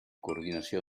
coordinació